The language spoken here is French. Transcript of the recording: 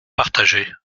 partager